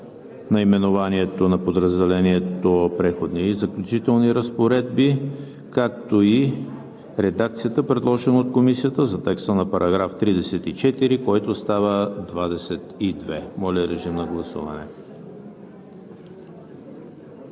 наименованието на подразделението „Преходни и заключителни разпоредби“, както и редакцията, предложена от Комисията, за текста на § 34, който става 22. Гласували